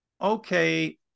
okay